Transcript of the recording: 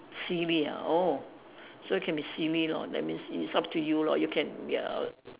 silly ah oh so you can be silly lor that means it is up to you lor you can ya